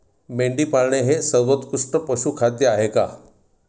मेंढी पाळणे हे सर्वोत्कृष्ट पशुखाद्य आहे का?